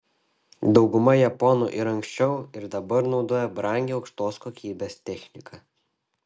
dauguma japonų ir anksčiau ir dabar naudoja brangią aukštos kokybės techniką